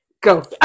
Go